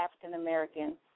African-American